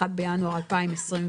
1 בינואר 2021,